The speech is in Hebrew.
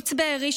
קיבוץ בארי,